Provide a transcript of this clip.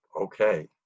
okay